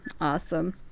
Awesome